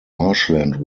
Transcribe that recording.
marshland